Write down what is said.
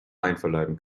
einverleiben